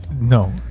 No